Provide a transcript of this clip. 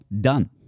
done